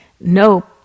no